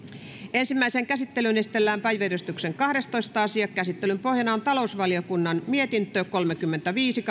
ensimmäiseen käsittelyyn esitellään päiväjärjestyksen kahdestoista asia käsittelyn pohjana on talousvaliokunnan mietintö kolmekymmentäviisi